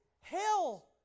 hell